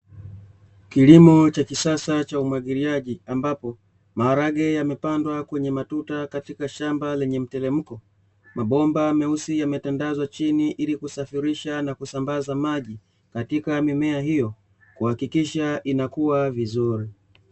Kilimo cha kisasa cha umwagiliaji ambapo, maharage yamepandwa kwenye matuta katika shamba lenye mtelemko, mabomba meusi yametandazwa chini ili kusafirisha na kusambaza maji katika mimea hiyo, kuhakikisha inakua vizuri.